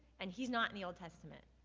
and he's not in the old testament,